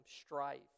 strife